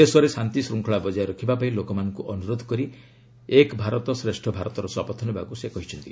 ଦେଶରେ ଶାନ୍ତିଶୃଙ୍ଖଳା ବଜାୟ ରଖିବା ପାଇଁ ଲୋକମାନଙ୍କୁ ଅନୁରୋଧ କରି ଏକ ଭାରତ ଶ୍ରେଷ୍ଠ ଭାରତର ଶପଥ ନେବାକୁ ସେ କହିଛନ୍ତି